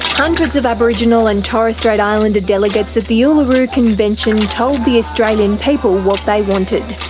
hundreds of aboriginal and torres strait islander delegates at the uluru convention told the australian people what they wanted.